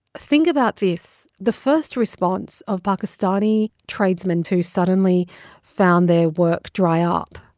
think about this the first response of pakistani tradesmen who suddenly found their work dry up